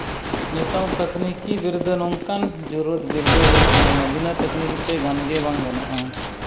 ᱱᱤᱛᱚᱜ ᱛᱟᱹᱠᱱᱤᱠᱤ ᱵᱤᱨᱫᱟᱹ ᱱᱚᱝᱠᱟᱱ ᱡᱚᱨᱩᱲ ᱵᱤᱨᱫᱟᱹ ᱦᱩᱭ ᱠᱟᱱᱟ ᱱᱚᱣᱟ ᱵᱤᱱᱟᱹ ᱛᱟᱹᱠᱱᱤᱠᱤᱛᱮ ᱜᱟᱱ ᱜᱮ ᱵᱟᱝ ᱜᱟᱱᱚᱜᱼᱟ